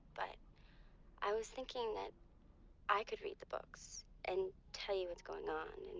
but i was thinking that i could read the books and tell you what's going on.